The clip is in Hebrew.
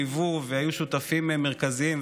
ליוו והיו שותפים מרכזיים,